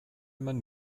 man